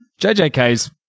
JJK's